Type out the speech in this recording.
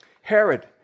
Herod